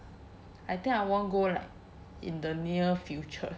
I think I won't go like in the near future